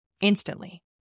instantly